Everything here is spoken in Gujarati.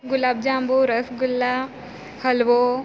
ગુલાબજાંબુ રસગુલ્લા હલવો